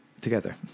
together